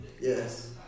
Yes